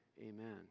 amen